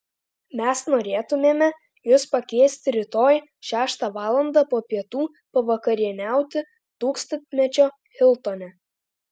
mes norėtumėme jus pakviesti rytoj šeštą valandą po pietų pavakarieniauti tūkstantmečio hiltone